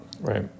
Right